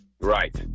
Right